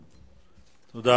תודה.